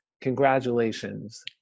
Congratulations